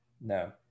No